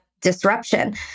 disruption